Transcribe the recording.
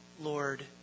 Lord